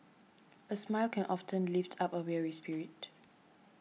a smile can often lift up a weary spirit